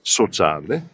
sociale